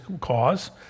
cause